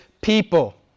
people